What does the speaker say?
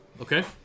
Okay